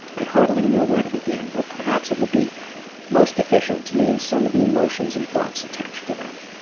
i hardly know where to begin but perhaps it would be most efficient to name some of the emotions and thoughts attached to them.